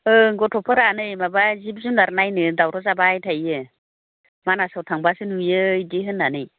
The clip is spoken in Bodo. ओह गथ'फोरा नै माबा जिब जुनार नायनो दावराव जाबाय थायो मानासाव थांबासो नुयो बिदि होन्नानै